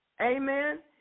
Amen